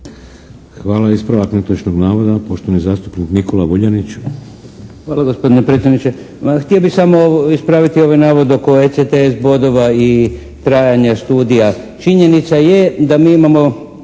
Hvala. Ispravak netočnog navoda, poštovani zastupnik Nikola Vuljanić. **Vuljanić, Nikola (HNS)** Hvala gospodine predsjedniče. Ma htio bih samo ispraviti ove navode oko ECTS bodova i trajanje studija. Činjenica je da mi imamo